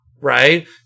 right